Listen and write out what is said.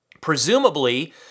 Presumably